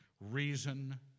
reason